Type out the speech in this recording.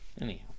anyhow